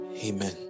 Amen